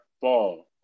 Ball